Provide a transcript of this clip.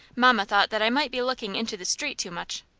mamma thought that i might be looking into the street too much.